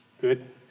Good